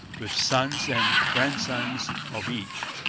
with sons and grandsons of each.